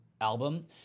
album